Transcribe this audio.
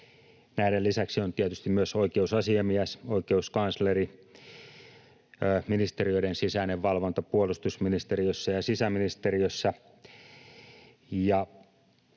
Näiden lisäksi on tietysti myös oikeusasiamies, oikeuskansleri, ministeriöiden sisäinen valvonta puolustusministeriössä ja sisäministeriössä.